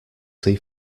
see